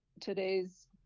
today's